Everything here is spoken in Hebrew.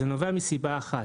וזה נובע מסיבה אחת,